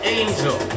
angel